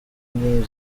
indimi